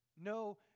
No